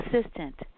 assistant